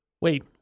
Wait